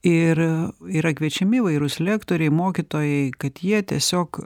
ir yra kviečiami įvairūs lektoriai mokytojai kad jie tiesiog